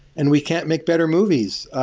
and we can't make better movies.